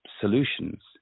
solutions